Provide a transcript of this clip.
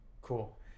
Cool